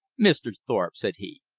mr. thorpe, said he,